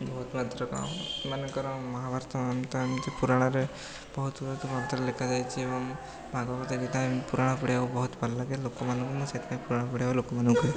ବହୁତମାତ୍ରକ ମନେକର ମହାଭାରତ ମନ୍ତ୍ର ଏମିତି ପୁରାଣରେ ବହୁତ ବହୁତ ମନ୍ତ୍ର ଲେଖାଯାଇଛି ଏବଂ ଭାଗବତ ଗୀତା ଏମିତି ପୁରାଣ ପଢ଼ିବାକୁ ବହୁତ ଭଲଲାଗେ ଲୋକମାନଙ୍କୁ ମୁଁ ସେଥିପାଇଁ ପୁରାଣ ପଢ଼ିବାକୁ ଲୋକମାନଙ୍କୁ କୁହେ